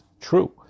true